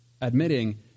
admitting